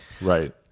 right